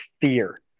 fear